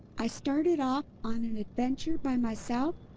i started off on an adventure by myself,